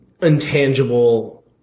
intangible